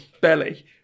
belly